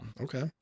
Okay